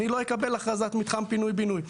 אני לא אקבל הכרזת מתחם פינוי בינוי.